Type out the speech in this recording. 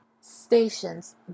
stations